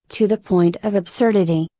to the point of absurdity.